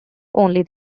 only